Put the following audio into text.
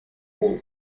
wolf